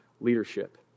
leadership